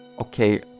okay